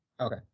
Okay